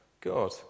God